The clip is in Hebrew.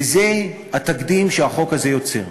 וזה התקדים שהחוק הזה יוצר.